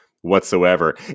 whatsoever